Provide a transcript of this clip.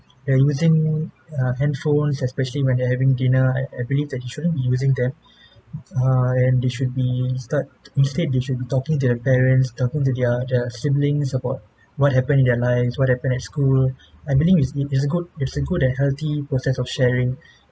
and using uh handphones especially when they're having dinner I I believe that he shouldn't be using them err and they should be instead instead they should be talking to their parents talking to their their siblings about what happen in their lives what happen at school and I believes it's a good it's a good and healthy process of sharing